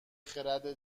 خرد